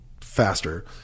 faster